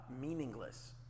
meaningless